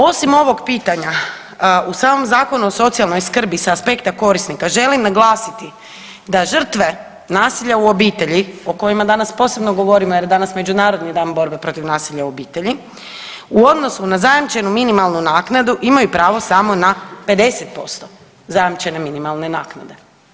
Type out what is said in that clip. Osim ovog pitanja u samom Zakonu o socijalnoj skrbi s aspekta korisnika želim naglasiti da žrtve nasilja o obitelji o kojima danas posebno govorimo jer je danas Međunarodni dan borbe protiv nasilja u obitelji u odnosu na zajamčenu minimalnu naknadu imaju pravo samo na 50% zajamčene minimalne naknade.